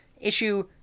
Issue